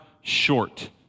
short